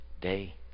day